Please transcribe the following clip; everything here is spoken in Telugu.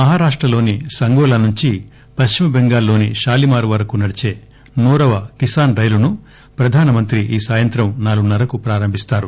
మహారాష్లలోని సంగోలా నుంచి పశ్చిమ బెంగాల్ లోని షాలిమార్ వరకు నడిచే నూరవ కిసాన్ రైలును ప్రధానమంత్రి ఈ సాయంత్రం నాలుగున్న రకు ప్రారంభిస్తారు